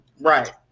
Right